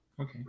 okay